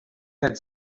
had